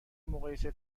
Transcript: مقایسه